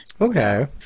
okay